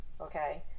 okay